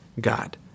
God